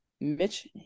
Mitch